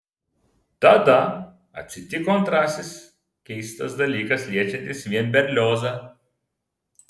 tada atsitiko antrasis keistas dalykas liečiantis vien berliozą